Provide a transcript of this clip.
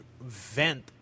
Vent